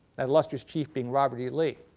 that illustrious chief being robert e. lee.